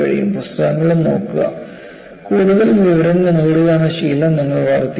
പുസ്തകങ്ങളും നോക്കുക കൂടുതൽ വിവരങ്ങൾ നേടുക എന്ന ശീലം നിങ്ങൾ വളർത്തിയെടുക്കണം